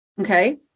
Okay